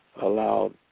allowed